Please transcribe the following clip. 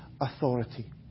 authority